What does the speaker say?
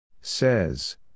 Says